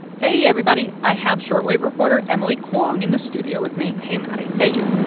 hey, everybody. i have short wave reporter emily kwong in the studio with me hey, maddie hey, you.